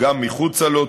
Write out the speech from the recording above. וגם מחוצה לו,